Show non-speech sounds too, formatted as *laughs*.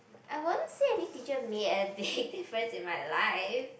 I wouldn't say any teacher made a big *laughs* difference in my life